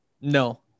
no